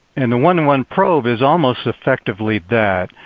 and the one one probe is almost effectively that.